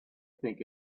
think